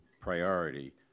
priority